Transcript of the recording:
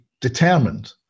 determined